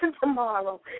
tomorrow